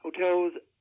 Hotels